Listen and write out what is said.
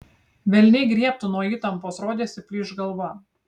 velniai griebtų nuo įtampos rodėsi plyš galva